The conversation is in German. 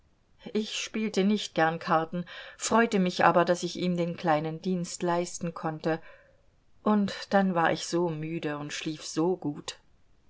ich spielte nicht gern karten freute mich aber daß ich ihm den kleinen dienst leisten konnte und dann war ich so müde uns schlief so gut